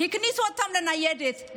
הכניסו אותם לניידת,